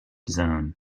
zone